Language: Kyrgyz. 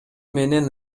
менен